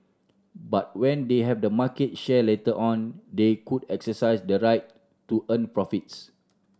but when they have the market share later on they could exercise the right to earn profits